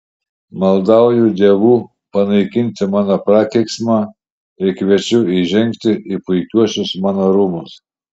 maldauju dievų panaikinti mano prakeiksmą ir kviečiu įžengti į puikiuosius mano rūmus